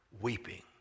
weeping